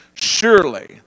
Surely